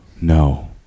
no